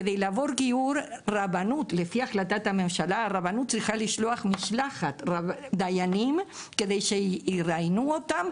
כדי לעבור גיור הרבנות צריכה לשלוח משלחת דיינים כדי שיראיינו אותם.